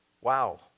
Wow